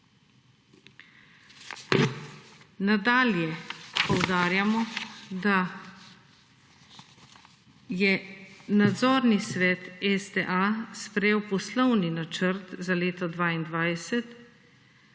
Nadalje poudarjamo, da je nadzorni svet STA sprejel poslovni načrt za leto 2020,